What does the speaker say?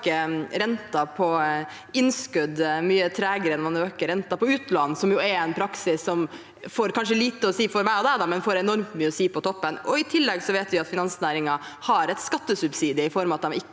renten på innskudd mye tregere enn man øker renten på utlån – som er en praksis som kanskje får lite å si for meg og deg, men som får enormt mye å si på toppen. I tillegg vet vi at finansnæringen har en skattesubsidie i form av at de ikke